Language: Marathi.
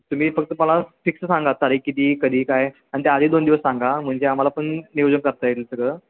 तुम्ही फक्त मला फिक्स सांगा तारीख किती कधी काय आणि ते आधी दोन दिवस सांगा म्हणजे आम्हाला पण नियोजन करता येईल सगळं